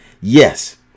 Yes